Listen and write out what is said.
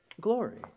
glory